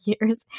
years